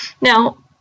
Now